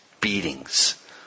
beatings